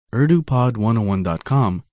urdupod101.com